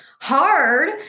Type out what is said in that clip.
hard